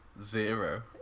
zero